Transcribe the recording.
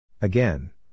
Again